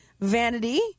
vanity